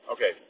Okay